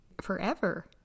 forever